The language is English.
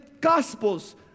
Gospels